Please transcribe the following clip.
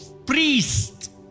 Priest